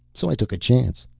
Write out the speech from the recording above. so i took a chance.